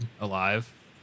alive